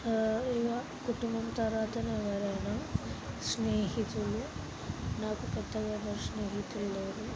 ఇలా కుటుంబం తర్వాతనే ఎవరైనా స్నేహితులు నాకు పెద్దగా ఎవరూ స్నేహితులు లేరు